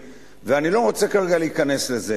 אני מכיר מקרים, ואני לא רוצה כרגע להיכנס לזה.